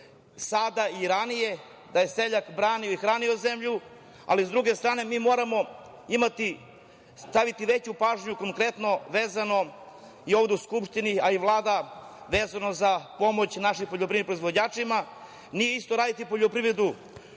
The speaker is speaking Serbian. sada i ranije, da je seljak branio i hranio zemlju, ali s druge strane mi moramo staviti veću pažnju konkretno vezano, i ovde u Skupštini a i Vlada, vezano za pomoć našim poljoprivrednim proizvođačima. Nije isto raditi poljoprivredu